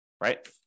right